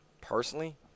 personally –